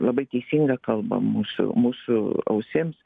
labai teisingą kalbą mūsų mūsų ausims